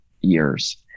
years